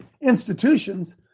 institutions